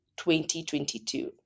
2022